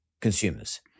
consumers